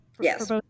Yes